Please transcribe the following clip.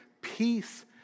peace